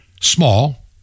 Small